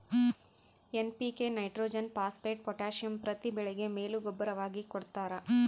NPK nitrogen phosphate potassium ಪ್ರತಿ ಬೆಳೆಗೆ ಮೇಲು ಗೂಬ್ಬರವಾಗಿ ಕೊಡ್ತಾರ